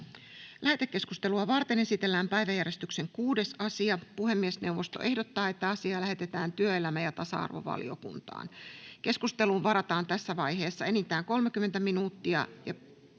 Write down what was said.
Lähetekeskustelua varten esitellään päiväjärjestyksen 6. asia. Puhemiesneuvosto ehdottaa, että asia lähetetään työelämä- ja tasa-arvovaliokuntaan. Keskusteluun varataan tässä vaiheessa enintään 30 minuuttia.